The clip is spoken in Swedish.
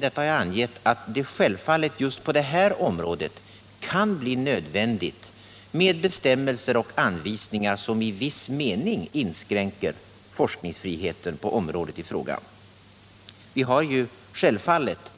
detta har jag angivit att det självfallet kan bli nödvändigt med bestämmelser och anvisningar, som i viss mening inskränker forskningsfriheten på det här området.